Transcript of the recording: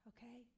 Okay